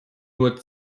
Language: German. nur